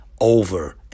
over